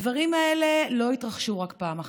הדברים האלה לא התרחשו רק פעם אחת,